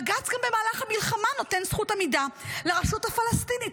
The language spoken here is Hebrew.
בג"ץ גם במהלך המלחמה נותן זכות עמידה לרשות הפלסטינית,